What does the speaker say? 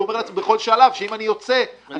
כי הוא אומר לעצמו בכל שלב שאם הוא יוצא הוא